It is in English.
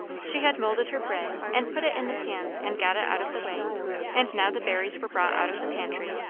she had moulded her bread and put it in the pans and got it out of the way and now the berries were brought out of the pantry,